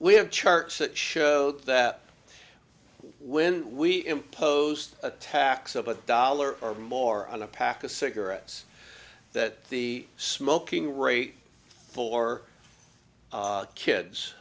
we have charts that show that when we impose a tax of a dollar or more on a pack of cigarettes that the smoking rate for kids